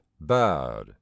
Bad